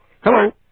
Hello